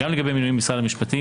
גם לגבי מינויים במשרד המשפטים.